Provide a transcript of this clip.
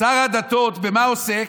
במה עוסק?